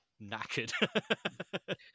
knackered